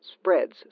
spreads